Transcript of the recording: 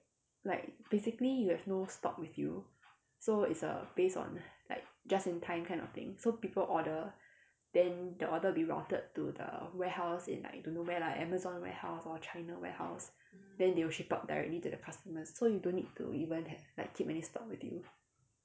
like basically you have no stock with you so it's a based on like just in time kind of thing so people order then the order will be routed to the warehouse in like don't know where lah amazon warehouse or china warehouse then they will ship out directly to the customers so you don't need to even have like keep any stock with you